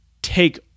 take